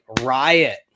riot